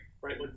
right